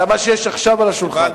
אלא במה שיש עכשיו על השולחן.